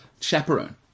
chaperone